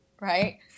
right